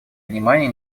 внимание